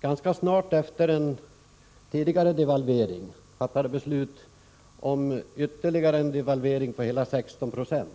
Ganska snart efter en tidigare devalvering fattades då beslut om ytterligare en devalvering på hela 16 970,